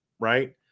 right